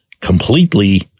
completely